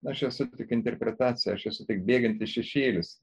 aš esu tik interpretacija aš esu tik bėgantis šešėlis